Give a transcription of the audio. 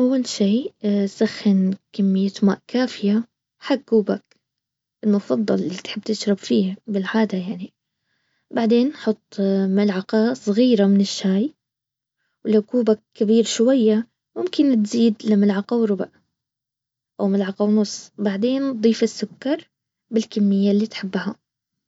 اول شي اسخن كمية ماء كافية حق كوبك. المفضل انك تحب تشرب فيه بالعادة يعني. بعدين حط ملعقة صغيرة من الشاي. ولو كوب كبير شوية ممكن تزيد لملعقة وربع او ملعقة ونص ضيف السكر بالكمية اللي تحبها